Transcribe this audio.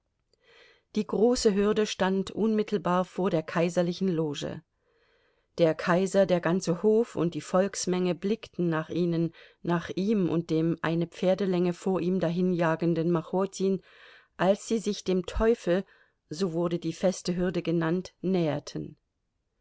die große hürde stand unmittelbar vor der kaiserlichen loge der kaiser der ganze hof und die volksmenge blickten nach ihnen nach ihm und dem eine pferdelänge vor ihm dahinjagenden machotin als sie sich dem teufel so wurde die feste hürde genannt näherten